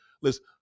Listen